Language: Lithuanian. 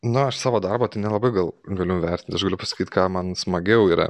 na aš savo darbo tai nelabai gal galiu vertint aš galiu pasakyt ką man smagiau yra